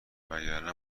وگرنه